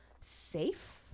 safe